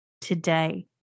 today